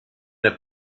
der